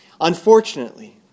Unfortunately